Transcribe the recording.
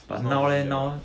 don't know